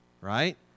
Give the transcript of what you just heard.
right